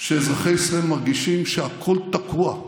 שאזרחי ישראל מרגישים שהכול תקוע,